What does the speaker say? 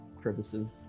crevices